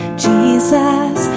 jesus